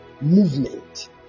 Movement